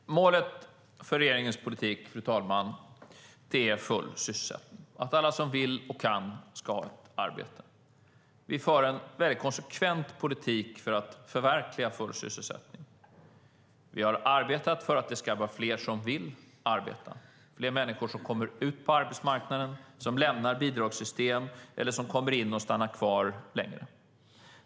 Fru talman! Målet för regeringens politik är full sysselsättning. Alla som vill och kan ska ha ett arbete. Vi för en konsekvent politik för att förverkliga full sysselsättning. Vi har arbetat för att det ska vara fler som vill arbeta, fler som kommer in på arbetsmarknaden, som lämnar bidragssystem eller som kommer in och stannar kvar längre.